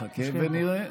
נחכה ונראה.